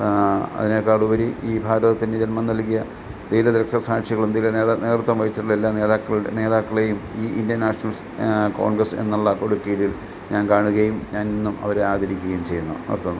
അതിനേക്കാളുപരി ഈ ഭാരതത്തിന് ജന്മം നൽകിയ ധീര രക്തസാക്ഷികളും ധീര നേതാക്കൾ നേതൃത്വം വഹിച്ചിട്ടുള്ള എല്ലാ നേതാക്കളുടെ നേതാക്കളേയും ഈ ഇന്ത്യൻ നാഷണൽസ് കോൺഗ്രസ് എന്നുള്ള കുടക്കീഴിൽ ഞാൻ കാണുകയും ഞാനെന്നും അവരെ ആദരിക്കുകയും ചെയ്യുന്നു അത്രേം